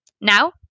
Now